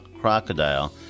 crocodile